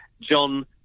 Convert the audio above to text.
John